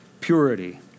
purity